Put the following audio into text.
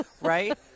Right